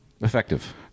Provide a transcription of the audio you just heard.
effective